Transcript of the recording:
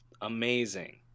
Amazing